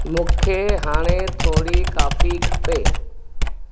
मूंखे हाणे थोरी काफी खपे